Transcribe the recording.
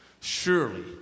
surely